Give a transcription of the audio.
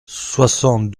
soixante